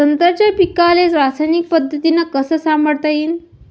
संत्र्याच्या पीकाले रासायनिक पद्धतीनं कस संभाळता येईन?